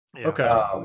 Okay